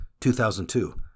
2002